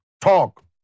Talk